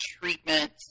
treatment